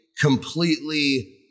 completely